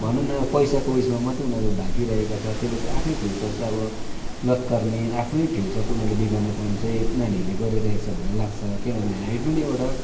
भनौँ न पैसाको उसमा मात्रै उनीहरू भागिरहेका छन् र त्यसले चाहिँ आफ्नै फ्युचर चाहिँ अब लतार्ने आफ्नै फ्युचर चाहिँ उनीहरूले बिगार्ने काम चाहिँ नानीहरूले गरिरहेको छ भन्ने लाग्छ किनभने हामी पनि एउटा